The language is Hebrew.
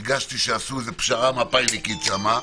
הרגשתי שעשו פשרה מפא"יניקית שם,